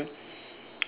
okay sure